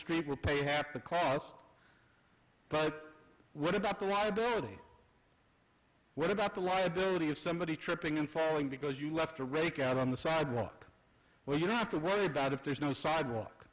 street will pay half the cost but what about the liability what about the liability of somebody tripping and falling because you left a rake out on the sidewalk where you don't have to worry about if there's no sidewalk